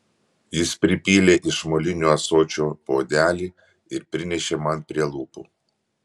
jis pripylė iš molinio ąsočio puodelį ir prinešė man prie lūpų